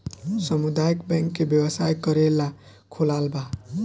सामुदायक बैंक व्यवसाय करेला खोलाल बा